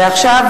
ועכשיו,